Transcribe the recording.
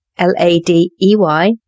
l-a-d-e-y